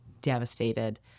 Devastated